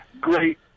great